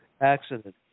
accident